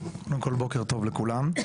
קודם כול בוקר טוב לכולם,